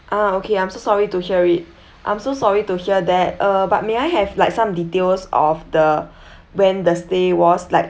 ah okay I'm so sorry to hear it I'm so sorry to hear that uh but may I have like some details of the when the stay was like